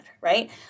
right